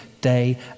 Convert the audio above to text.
day